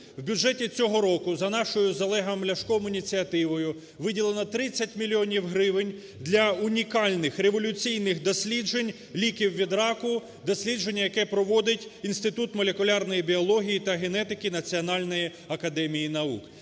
В бюджеті цього року, за нашої з Олегом Ляшком ініціативою, виділено 30 мільйонів гривень для унікальних, революційних досліджень ліків від раку, дослідження, як проводить Інститут молекулярної біології та генетики Національної академії наук.